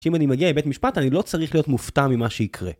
שאם אני מגיע לבית משפט אני לא צריך להיות מופתע ממה שיקרה